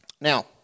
Now